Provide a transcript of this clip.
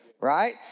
right